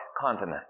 continent